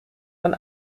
von